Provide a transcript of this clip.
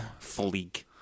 Fleek